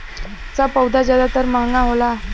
सब पउधा जादातर महंगा होला